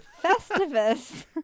Festivus